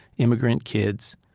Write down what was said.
immigrant kids,